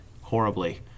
horribly